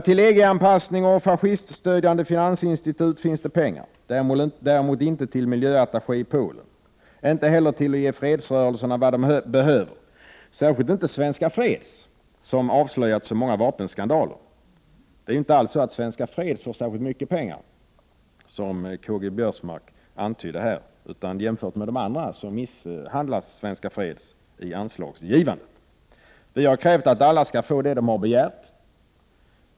Till EG-anpassning och fasciststödjande finansinstitut finns det pengar, däremot inte till en miljöattaché i Polen, inte heller till att ge fredsrörelserna vad de behöver — särskilt inte Svenska Freds, som avslöjat så många vapenskandaler. Det är inte alls så, som Karl-Göran Biörsmark antydde här, att Svenska Freds får särskilt mycket pengar, utan jämfört med de andra organisationerna missgynnas Svenska Freds i fråga om anslagsbeviljande. Vi i miljöpartiet har krävt att alla fredsorganisationer skall få det som de har begärt detta budgetår.